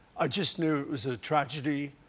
i just knew it was a tragedy.